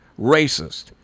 racist